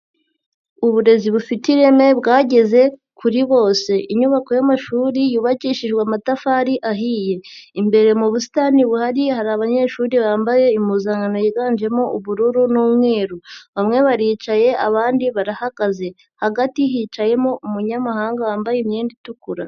Uburezi bufite ireme bwageze kuri bose, inyubako y'amashuri yubakishijwe amatafari ahiye, imbere mu busitani buhari hari abanyeshuri bambaye impuzankano yiganjemo ubururu n'umweru, bamwe baricaye abandi barahagaze, hagati hicayemo umunyamahanga wambaye imyenda itukura.